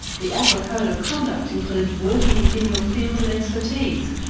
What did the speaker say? the ahpra code of conduct includes working within your field of expertise,